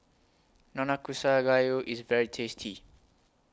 Nanakusa Gayu IS very tasty